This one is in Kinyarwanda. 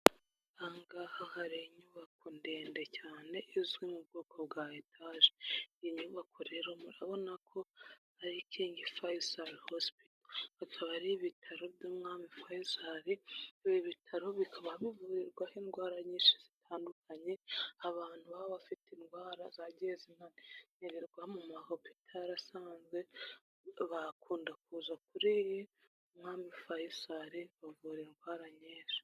Aha ngaha hari inyubako ndende cyane izwi mu bwoko bwa etaje, iyi nyubako rero murabona ko ari King Faisal Hospital, akaba ari ibitaro by'umwami Faisal, ibi bitaro bikaba bivurirwaho indwara nyinshi zitandukanye, abantu baba bafite indwara zagiye zinanirirwa mu mahopitari asanzwe bakunda kuza kuri umwami Faisal bavura indwara nyinshi.